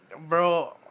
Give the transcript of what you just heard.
bro